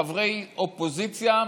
חברי אופוזיציה,